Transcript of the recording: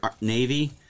Navy